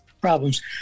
problems